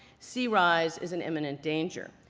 sea rise is an imminent danger.